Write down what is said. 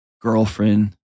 girlfriend